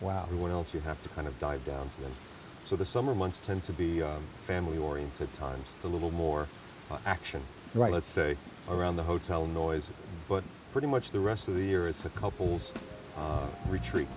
what else you have to kind of died down so the summer months tend to be family oriented times a little more action right let's say around the hotel noise but pretty much the rest of the year it's a couples retreat